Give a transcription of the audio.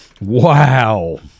Wow